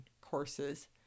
courses